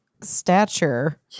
stature